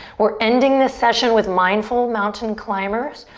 we're ending this session with mindful mountain climbers.